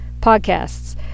podcasts